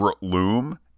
loom